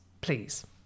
please